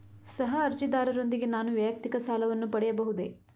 ಸಹ ಅರ್ಜಿದಾರರೊಂದಿಗೆ ನಾನು ವೈಯಕ್ತಿಕ ಸಾಲವನ್ನು ಪಡೆಯಬಹುದೇ?